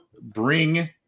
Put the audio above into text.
bring